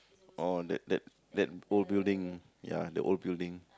oh that that that old building ya the old building